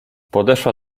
podeszła